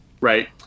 right